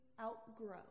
outgrow